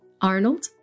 Arnold